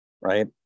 right